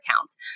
accounts